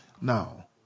Now